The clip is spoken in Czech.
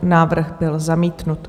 Návrh byl zamítnut.